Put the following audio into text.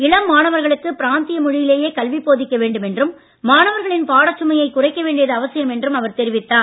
இளம் மாணவர்களுக்கு பிராந்திய மொழியிலேயே கல்வி போதிக்க வேண்டும் என்றும் மாணவர்களின் பாடச் சுமையைக் குறைக்க வேண்டியது அவசியம் என்றும் அவர் தெரிவித்தார்